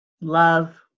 love